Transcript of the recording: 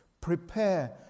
Prepare